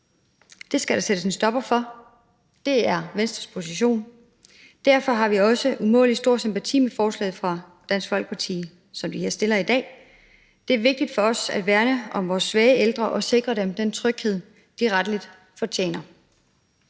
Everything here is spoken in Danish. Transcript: Det skal der sættes en stopper for – det er Venstres position. Derfor har vi også umådelig stor sympati for forslaget fra Dansk Folkeparti, som vi behandler i dag. Det er vigtigt for os at værne om vores svage ældre og sikre dem den tryghed, de rettelig fortjener.